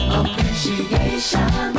appreciation